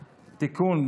(תיקון,